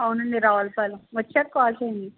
అవునండి రావులపాలెం వచ్చాక కాల్ చేయండి